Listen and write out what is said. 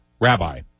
rabbi